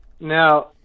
Now